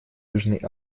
южной